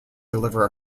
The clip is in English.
deliver